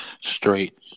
Straight